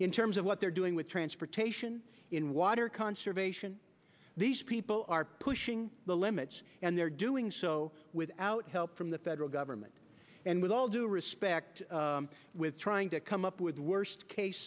in terms of what they're doing with transportation in water conservation these people are pushing the limits and they're doing so without help from the federal government and with all due respect with trying to come up with worst case